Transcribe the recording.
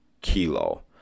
kilo